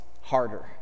harder